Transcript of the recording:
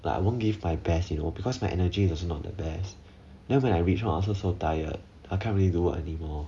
like I won't give my best you know because my energy it's not the best then when I reach home I feel so tired I can't really do work anymore